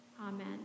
Amen